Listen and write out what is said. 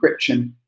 encryption